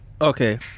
okay